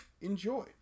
enjoy